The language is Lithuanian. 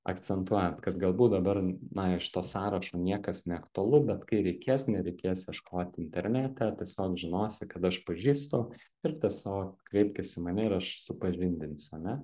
akcentuojant kad galbūt dabar na iš to sąrašo niekas neaktualu bet kai reikės nereikės ieškoti internete tiesiog žinosi kad aš pažįstu ir tiesiog kreipkis į mane ir aš supažindinsiu ane